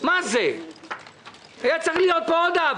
אני לא מסכים פה לדיאלוג